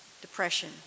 depression